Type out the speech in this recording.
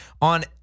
on